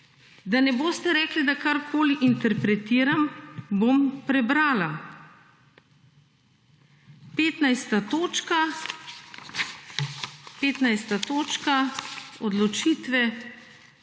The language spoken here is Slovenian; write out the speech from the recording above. Da ne boste rekli, da karkoli interpretiram, bom prebrala. 15. točka, odločitve